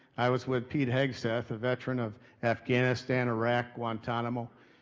i was with pete hegseth, a veteran of afghanistan, iraq, guantanamo,